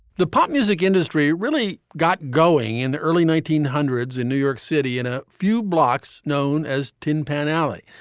the pop music industry really got going in the early nineteen hundreds in new york city in a few blocks known as tin pan alley.